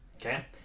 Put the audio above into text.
Okay